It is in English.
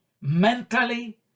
mentally